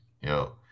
yo